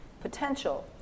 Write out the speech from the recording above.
potential